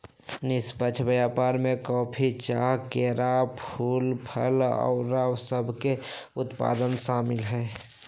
निष्पक्ष व्यापार में कॉफी, चाह, केरा, फूल, फल आउरो सभके उत्पाद सामिल हइ